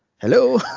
Hello